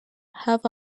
have